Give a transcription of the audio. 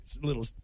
Little